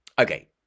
Okay